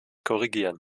korrigieren